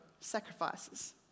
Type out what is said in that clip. sacrifices